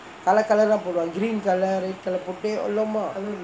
colour colour ah போடுவாங்கே:poduvaangae green colour red colour போட்டு !alamak!